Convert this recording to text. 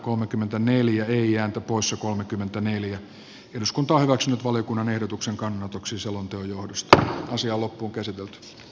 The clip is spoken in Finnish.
nyt äänestetään vesa matti saarakkalan ehdotuksesta valiokunnan ehdotusta vastaan